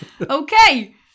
Okay